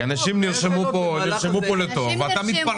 חברי הכנסת נרשמו על מנת לדבר על פי סדר ואתה מתפרץ,